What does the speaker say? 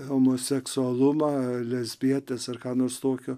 homoseksualumą lesbietės ar ką nors tokio